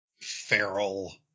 feral